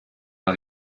mal